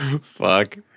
Fuck